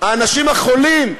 האנשים החולים,